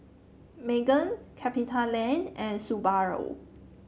Megan Capitaland and Subaru